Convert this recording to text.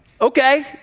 okay